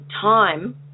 time